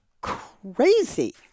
crazy